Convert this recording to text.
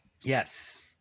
Yes